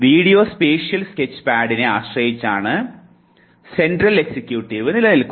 വിസിയോ spatial സ്കെച്ച്പാഡിനെ ആശ്രയിച്ചാണ് central executive നിലനിൽക്കുന്നത്